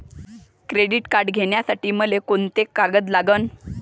Credit card घ्यासाठी मले कोंते कागद लागन?